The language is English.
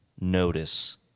notice –